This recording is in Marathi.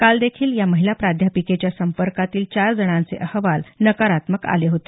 काल देखील या महिला प्राध्यापिकेच्या संपर्कातील चार जणांचे अहवाल नकारात्मक आले होते